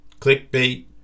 clickbait